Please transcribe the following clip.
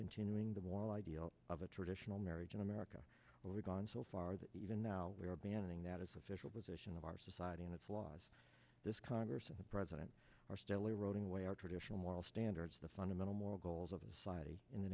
continuing the wall idea of a traditional marriage in america where we've gone so far that even now we are abandoning that as official position of our society and its laws this congress and the president are still eroding away our traditional moral standards the fundamental moral goals of a society in the